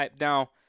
now